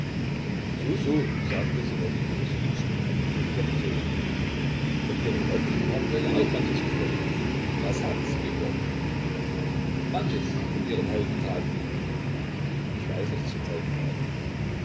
so so sagte sinowij borissowitsch mit eigentümlicher betonung von ihren röcken haben wir ja auch manches gehört was haben sie gehört manches von ihren heldentaten ich weiß nichts von heldentaten